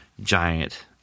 giant